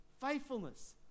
Faithfulness